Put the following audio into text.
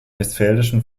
westfälischen